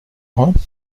rends